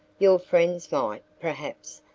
your friends might, perhaps,